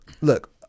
look